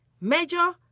Major